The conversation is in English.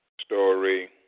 story